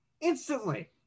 Instantly